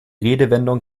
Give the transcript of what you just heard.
redewendung